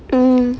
mm